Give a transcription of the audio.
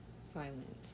silence